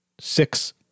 Six